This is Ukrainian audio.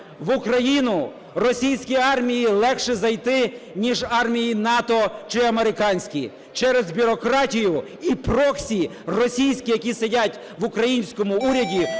В Україну російській армії легше зайти, ніж армії НАТО чи американській, через бюрократію і проксі російські, які сидять в українському уряді,